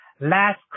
Last